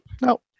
No